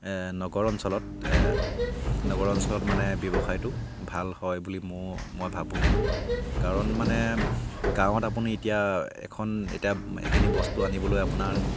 নগৰ অঞ্চলত নগৰ অঞ্চলত মানে ব্যৱসায়টো ভাল হয় বুলি মো মই ভাবোঁ কাৰণ মানে গাঁৱত আপুনি এতিয়া এখন এতিয়া এইখিনি বস্তু আনিবলৈ আপোনাৰ